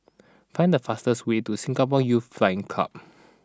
find the fastest way to Singapore Youth Flying Club